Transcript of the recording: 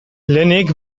lehenik